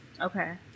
Okay